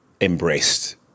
embraced